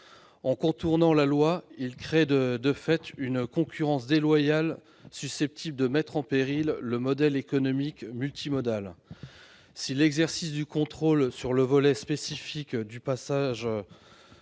En contournant la loi, ils créent de fait une concurrence déloyale, susceptible de mettre en péril le modèle économique multimodal. Si l'exercice du contrôle sur le volet spécifique du passage